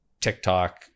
TikTok